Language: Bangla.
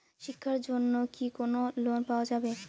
শিক্ষার জন্যে কি কোনো লোন পাওয়া যাবে?